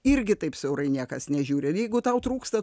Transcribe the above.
irgi taip siaurai niekas nežiūri ir jeigu tau trūksta